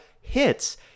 hits